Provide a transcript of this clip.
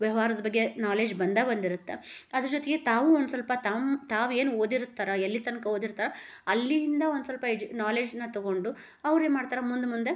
ವ್ಯವಹಾರದ ಬಗ್ಗೆ ನಾಲೆಡ್ಜ್ ಬಂದು ಬಂದಿರುತ್ತೆ ಅದ್ರ ಜೊತೆಗೆ ತಾವು ಒಂದು ಸ್ವಲ್ಪ ತಮ್ಮ ತಾವೇನು ಓದಿರ್ತಾರೆ ಎಲ್ಲಿ ತನಕ ಓದಿರ್ತಾರೆ ಅಲ್ಲಿಯಿಂದ ಒಂದು ಸ್ವಲ್ಪ ಎಜು ನಾಲೆಡ್ಜ್ನ ತಗೊಂಡು ಅವ್ರೇನು ಮಾಡ್ತಾರೆ ಮುಂದೆ ಮುಂದೆ